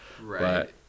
Right